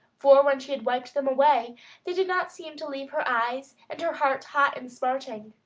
for when she had wiped them away they did not seem to leave her eyes and her heart hot and smarting.